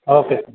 okay sir